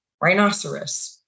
rhinoceros